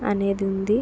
అనేది ఉంది